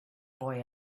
boy